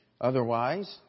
Otherwise